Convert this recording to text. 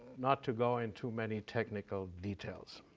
not to go into many technical details.